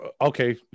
okay